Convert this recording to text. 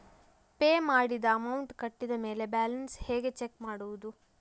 Pay ಮಾಡಿದ amount ಕಟ್ಟಿದ ಮೇಲೆ ಬ್ಯಾಲೆನ್ಸ್ ಹೇಗೆ ಚೆಕ್ ಮಾಡುವುದು?